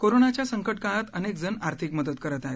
कोरोनाच्या संकटकाळात अनेकजण आर्थिक मदत करत आहेत